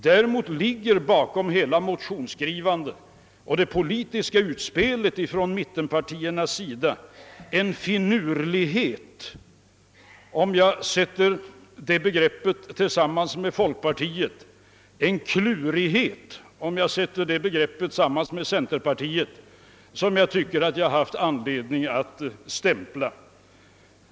Däremot ligger bakom hela motionsskrivandet och det politiska utspelet ifrån mittenpartiernas sida en finurlig het, om jag sätter det begreppet i samband med folkpartiet, en klurighet, om jag sätter det begreppet tillsammans med centerpartiet, som jag tycker att jag har haft anledning att stämpla.